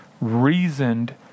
reasoned